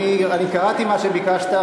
אני קראתי מה שביקשת.